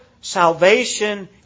salvation